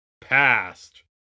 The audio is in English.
Past